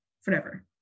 forever